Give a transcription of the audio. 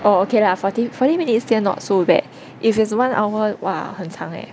oh okay lah forty forty minutes still not so bad if it's one hour 哇很长 leh